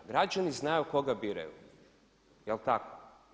Građani znaju koga biraju, jel tako?